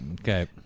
Okay